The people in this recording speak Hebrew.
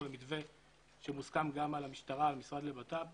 למתווה שמוסכם גם על המשטרה והמשרד לביטחון פנים,